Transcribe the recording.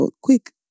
quick